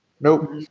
Nope